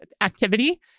activity